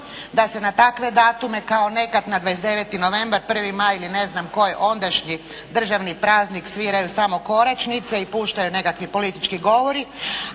da se na takve datume kao nekad na 29. novembar, 1. maj ili ne znam koji ondašnji državni praznik sviraju samo koračnice i puštaju nekakvi politički govori,